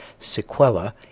sequela